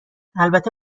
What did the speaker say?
البته